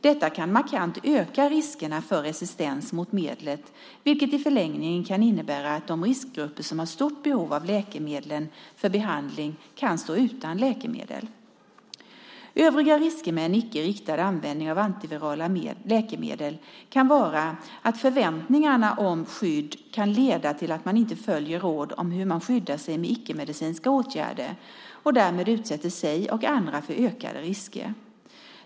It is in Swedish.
Detta kan markant öka riskerna för resistens mot medlet, vilket i förlängningen kan innebära att de riskgrupper som har stort behov av läkemedlen för behandling kan stå utan läkemedel. Övriga risker med en icke riktad användning av antivirala läkemedel kan vara att förväntningarna om skydd kan leda till att man inte följer råd om hur man skyddar sig med icke-medicinska åtgärder och därmed utsätter sig och andra för ökade risker.